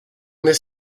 this